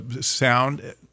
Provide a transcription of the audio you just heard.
sound